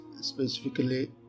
specifically